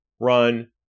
run